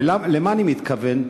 ולמה אני מתכוון?